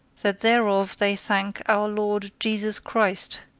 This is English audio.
that thereof they thank our lord jesus christ,